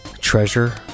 Treasure